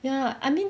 ya I mean